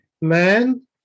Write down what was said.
man